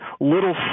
little